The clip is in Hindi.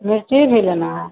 मिर्ची भी लेनी है